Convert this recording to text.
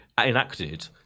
enacted